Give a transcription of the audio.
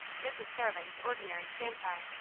mrs. starling's ordinary stand-by.